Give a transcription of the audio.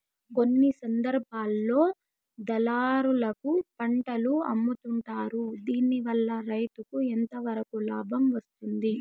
కొన్ని సందర్భాల్లో దళారులకు పంటలు అమ్ముతుంటారు దీనివల్ల రైతుకు ఎంతవరకు లాభం వస్తుంది?